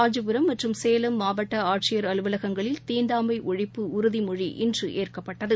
காஞ்சிபுரம் மற்றும் சேலம் மாவட்டஆட்சியர் அலுவலனங்களில் தீண்டாஸ்ஒழிப்பு உறுதிமொழி இன்றுஏற்கப்பட்டது